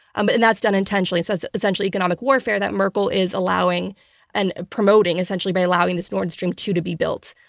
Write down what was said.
um and that's done intentionally. so it's essentially economic warfare that merkel is allowing and promoting, essentially by allowing this nord stream two to be built.